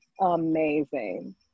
amazing